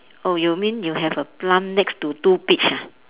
oh you mean you have a plant next to two peach ah